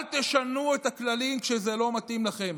אל תשנו את הכללים כשזה לא מתאים לכם.